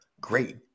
great